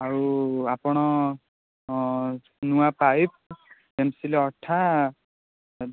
ଆଉ ଆପଣ ନୂଆ ପାଇପ୍ ଏମ୍ସିଲ୍ ଅଠା